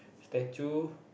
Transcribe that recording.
statue